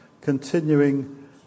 continuing